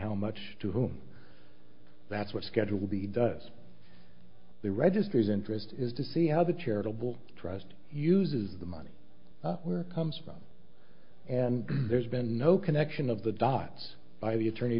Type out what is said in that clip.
how much to whom that's what schedule will be does the registers interest is to see how the charitable trust uses the money where it comes from and there's been no connection of the dots by the attorney